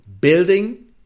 building